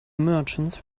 merchants